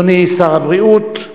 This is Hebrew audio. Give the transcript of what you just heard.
אדוני שר הבריאות,